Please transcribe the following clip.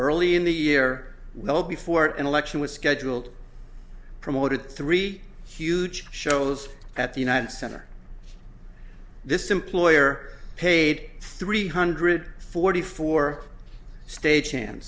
early in the year well before an election was scheduled promoted three huge shows at the united center this employer paid three hundred forty four stagehand